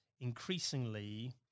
increasingly